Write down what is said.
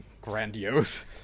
grandiose